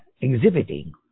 exhibiting